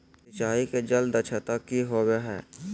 सिंचाई के जल दक्षता कि होवय हैय?